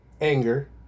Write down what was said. anger